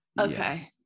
Okay